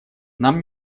нам